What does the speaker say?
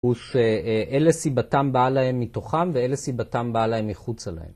הוא שאלה סיבתם באה להם מתוכם ואלה סיבתם באה להם מחוץ עליהם.